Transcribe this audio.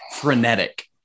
frenetic